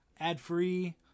ad-free